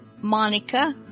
Monica